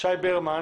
שי ברמן.